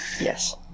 Yes